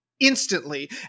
instantly